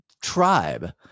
tribe